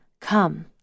come